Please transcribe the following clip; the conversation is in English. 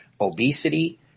obesity